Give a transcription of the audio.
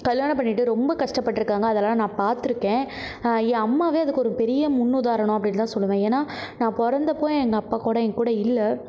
கல்யாணம் பண்ணிகிட்டு ரொம்ப கஷ்டப்பட்ருக்காங்க அதெல்லாம் நான் பார்த்ருக்கேன் என் அம்மாவே அதுக்கொரு பெரிய முன்னுதாரணம் அப்படின்னுதான் சொல்லுவேன் ஏன்னா நான் பிறந்தப்போ எங்கள் அப்பாக்கோட என்கூட இல்லை